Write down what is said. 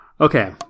Okay